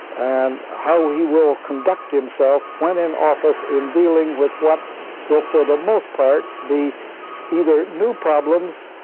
and how he will conduct himself when in office in dealing with what were for the most part, be either new problems,